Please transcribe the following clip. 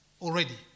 already